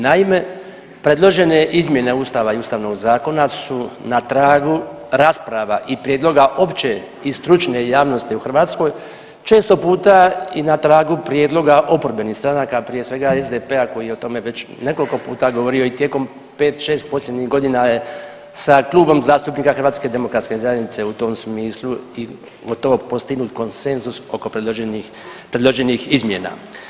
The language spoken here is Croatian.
Naime, predložene izmjene Ustava i ustavnog zakona su na tragu rasprava i prijedloga opće i stručne javnosti u Hrvatskoj često puta i na tragu prijedloga oporbenih stranaka, prije svega SDP-a koji je o tome već nekoliko puta govorio i tijekom 5, 6 posljednjih godina je sa Klubom zastupnika HDZ-a u tom smislu i gotovo postignut konsenzus oko predloženih izmjena.